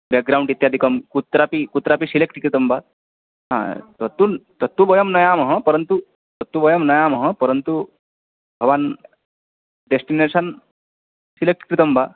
background इत्यादिकं कुत्रापि कुत्रापि सिलेक्ट् कृतं वा तत्तु तत्तु वयं नयामः परन्तु तत्तु वयं नयामः परन्तु भवान् डेस्टिनेशन् सिलेक्ट् कृतं वा